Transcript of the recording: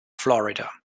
florida